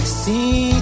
see